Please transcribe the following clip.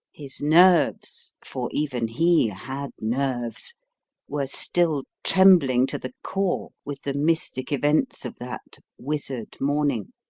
his nerves for even he had nerves were still trembling to the core with the mystic events of that wizard morning